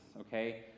okay